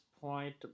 point